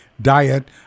diet